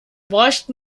bräuchten